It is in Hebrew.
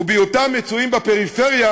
ובהיותם מצויים בפריפריה,